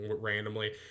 randomly